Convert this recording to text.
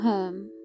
home